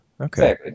okay